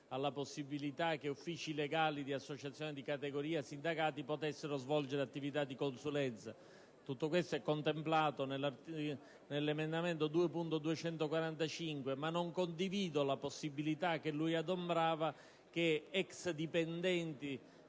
alla possibilità che uffici legali di associazioni di categoria e sindacati svolgano attività di consulenza. Tutto questo è contemplato nell'emendamento 2.245, ma non condivido la possibilità, che lui adombrava, che ex dipendenti